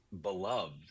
beloved